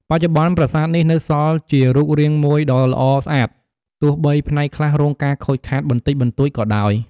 បច្ចុប្បន្ន ប្រាសាទនេះនៅសល់ជារូបរាងមួយដ៏ល្អស្អាត ទោះបីផ្នែកខ្លះរងការខូចខាតបន្តិចបន្តួចក៏ដោយ។